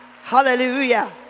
Hallelujah